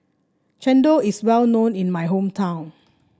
chendol is well known in my hometown